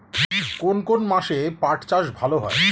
কোন কোন মাসে পাট চাষ ভালো হয়?